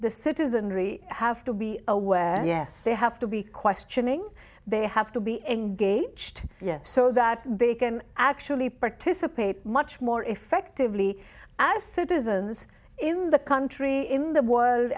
the citizenry have to be aware yes they have to be questioning they have to be engaged yet so that they can actually participate much more effectively as citizens in the country in th